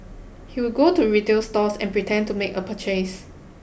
he would go to retail stores and pretend to make a purchase